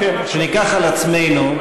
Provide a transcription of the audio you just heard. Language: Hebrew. שניקח על עצמנו,